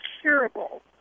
curable